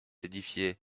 édifié